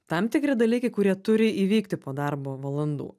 tam tikri dalykai kurie turi įvykti po darbo valandų